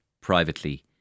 privately